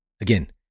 Again